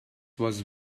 was